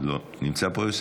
יוסף נמצא פה?